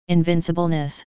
Invincibleness